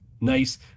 nice